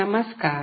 ನಮಸ್ಕರ